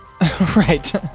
Right